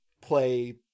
play